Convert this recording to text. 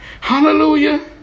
Hallelujah